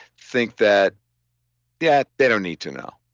think that yeah, they don't need to know.